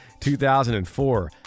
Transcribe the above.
2004